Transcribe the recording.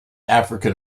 african